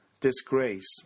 disgrace